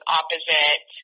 opposite